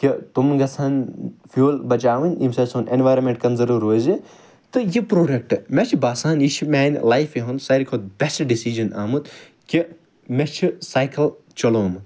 کہِ تِم گَژھَن فیٛوَل بَچاوٕنۍ ییٚمہِ سۭتۍ سون ایٚنویٚرانمیٚنٛٹ کنزٔرٕو روزِ تہٕ یہِ پرٛوڈَکٹہٕ مےٚ چھُ باسان یہِ چھُ میٛانہ لایفہِ ہُنٛد ساروٕے کھۄتہ بیٚسٹہٕ ڈیٚسِجَن آمُت کہِ مےٚ چھُ سایکَل چَلومُت